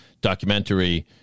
documentary